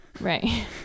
Right